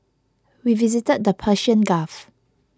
we visited the Persian Gulf